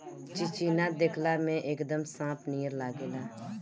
चिचिना देखला में एकदम सांप नियर लागेला